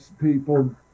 people